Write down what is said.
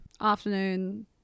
afternoon